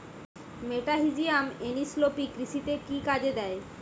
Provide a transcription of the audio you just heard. মেটাহিজিয়াম anisopliae কৃষিতে কি কাজে দেয়?